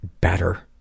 better